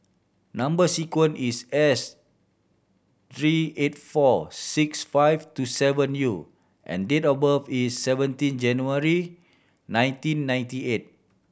number sequence is S three eight four six five two seven U and date of birth is seventeen January nineteen ninety eight